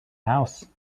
house